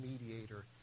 mediator